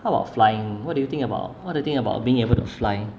how about flying what do you think about what do you think about being able to fly